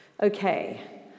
Okay